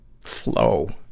flow